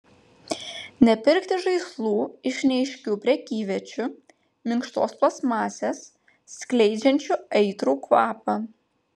nepirkti žaislų iš neaiškių prekyviečių minkštos plastmasės skleidžiančių aitrų kvapą